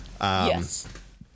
Yes